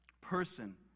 person